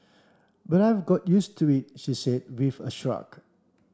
but I've got used to it she said with a shrug